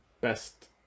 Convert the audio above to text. best